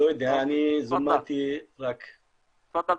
תפדאל, דוקטור.